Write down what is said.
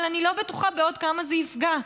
אבל אני לא בטוחה בעוד כמה זה יפגע.